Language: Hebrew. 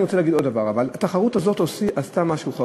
אני רוצה להגיד עוד דבר: התחרות הזאת עשתה משהו אחר,